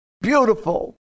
Beautiful